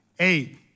Eight